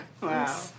Wow